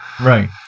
Right